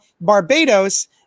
Barbados